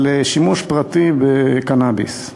על שימוש פרטי בקנאביס,